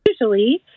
usually